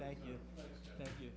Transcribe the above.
thank you thank you